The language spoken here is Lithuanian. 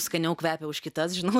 skaniau kvepia už kitas žinau